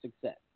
success